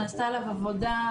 שנעשתה עליו עבודה,